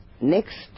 next